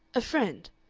a friend,